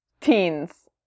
teens